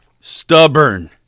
Stubborn